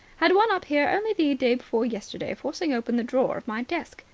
had one up here only the day before yesterday, forcing open the drawer of my desk.